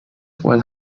where